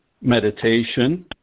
meditation